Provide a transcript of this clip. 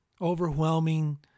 overwhelming